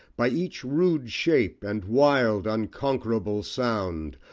by each rude shape and wild unconquerable sound!